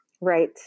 Right